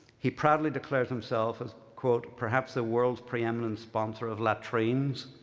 he proudly declares himself as, quote, perhaps the world's preeminent sponsor of latrines.